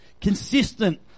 Consistent